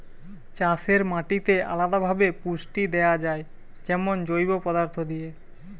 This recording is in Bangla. চাষের মাটিতে আলদা ভাবে পুষ্টি দেয়া যায় যেমন জৈব পদার্থ দিয়ে